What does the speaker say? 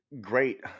great